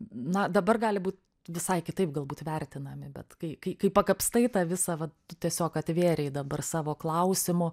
na dabar gali būt visai kitaip galbūt vertinami bet kai kai kai pakapstai tą visą va tu tiesiog atvėrei dabar savo klausimu